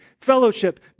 fellowship